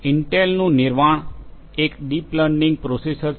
ઇન્ટેલનું Nervana એક deep learning processor છે